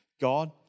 God